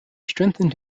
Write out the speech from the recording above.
strengthened